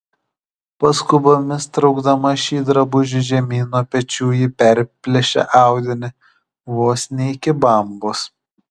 paskubomis traukdama šį drabužį žemyn nuo pečių ji perplėšė audinį vos ne iki bambos